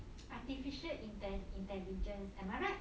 artificial inte~ intelligence am I right